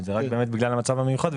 זה באמת רק בגלל המצב המיוחד,